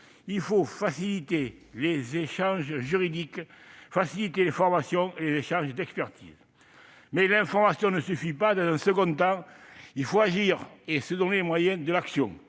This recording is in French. Il faut faciliter les échanges juridiques, les formations et les échanges d'expertise. Toutefois, l'information ne suffit pas. Dans un second temps, il faut agir et se donner les moyens de l'action.